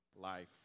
life